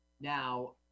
Now